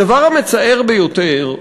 הדבר המצער ביותר,